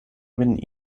vin